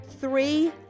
Three